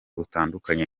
utandukanye